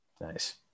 Nice